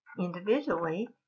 individually